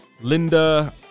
Linda